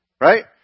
Right